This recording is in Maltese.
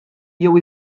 jew